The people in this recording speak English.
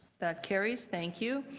that carries. thank you.